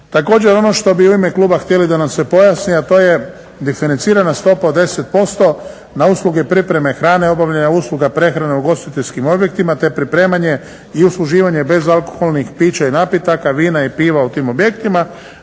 Također ono što bi u ime kluba htjeli da nam se pojasni a to je diferencirana stopa od 10% na usluge pripreme hrane i obavljanja usluga prehrane u ugostiteljskim objektima, te pripremanje i usluživanje bezalkoholnih pića i napitaka, vina i piva u tim objektima.